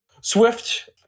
Swift